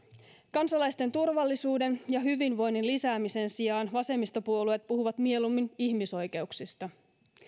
kansalaisten turvallisuuden ja hyvinvoinnin lisäämisen sijaan vasemmistopuolueet puhuvat mieluummin ihmisoikeuksista